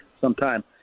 sometime